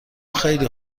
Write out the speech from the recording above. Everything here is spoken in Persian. خیلی